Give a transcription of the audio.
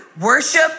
Worship